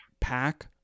pack